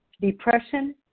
depression